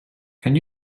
can